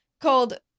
called